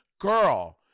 girl